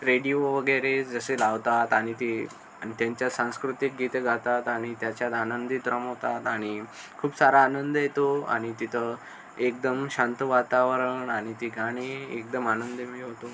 radio वगैरे जसे लावतात आणि ते आणि त्यांचा सांस्कृतिक गीत गातात आणि त्याच्यात आनंदित रमवतात आणि खूप सारा आनंद येतो आणि तिथं एकदम शांत वातावरण आणि ती गाणी एकदम आनंदमेव होतो